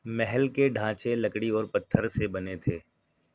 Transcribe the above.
محل کے ڈھانچے لکڑی اور پتھر سے بنے تھے